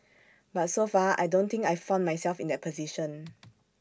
but so far I don't think I've found myself in that position